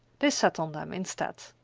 they sat on them, instead.